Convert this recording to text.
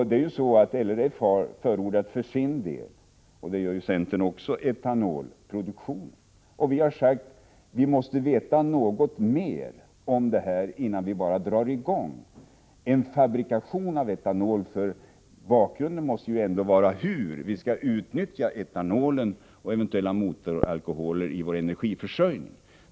LRF för sin del har förordat etanolproduktion, och det gör även centern. Vi har sagt att vi måste veta något mera om detta innan vi drar i gång en fabrikation av etanol. Vi måste veta hur vi skall utnyttja etanolen och eventuella motoralkoholer i vår energiförsörjning.